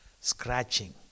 scratching